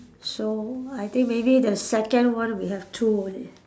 so I think maybe the second one we have two only